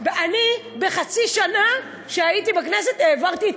אני בחצי שנה שהייתי בכנסת העברתי את